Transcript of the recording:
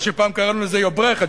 מה שפעם קראנו לזה "יא ברעכן",